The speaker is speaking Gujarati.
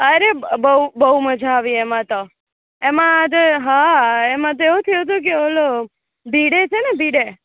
અરે બહુ મજા આવી એમાં તો એમાં જે હા એમાં તો એવું થયું હતું કે ઓલો ભીડે છે ને ભીડે